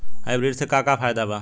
Hybrid से का का फायदा बा?